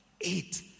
eight